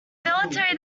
military